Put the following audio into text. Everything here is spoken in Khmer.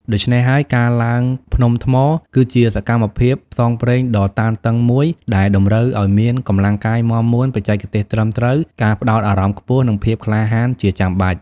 ដូច្នេះហើយ ការឡើងភ្នំថ្ម គឺជាសកម្មភាពផ្សងព្រេងដ៏តានតឹងមួយដែលតម្រូវឱ្យមានកម្លាំងកាយមាំមួន បច្ចេកទេសត្រឹមត្រូវ ការផ្តោតអារម្មណ៍ខ្ពស់ និងភាពក្លាហានជាចាំបាច់។